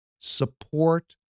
support